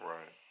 Right